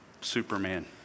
Superman